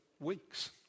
weeks